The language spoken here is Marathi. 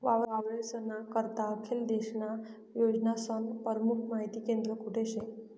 वावरेस्ना करता आखेल देशन्या योजनास्नं परमुख माहिती केंद्र कोठे शे?